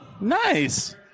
Nice